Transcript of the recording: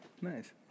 Nice